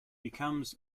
becomes